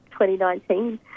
2019